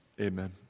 Amen